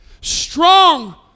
Strong